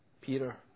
Peter